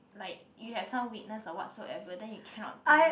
like you have some weakness or what so ever then you cannot do